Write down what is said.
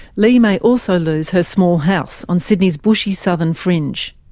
lee may also lose her small house on sydney's bushy southern fringe.